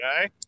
Okay